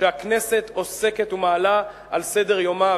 כשהכנסת עוסקת ומעלה על סדר-יומה,